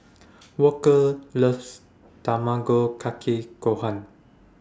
Walker loves Tamago Kake Gohan